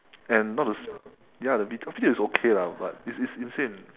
and not the ya the B_T_O is okay lah but it's it's insane